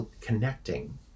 connecting